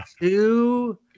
two